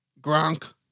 Gronk